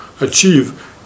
achieve